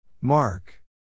Mark